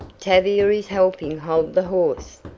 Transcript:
tavia is helping hold the horse.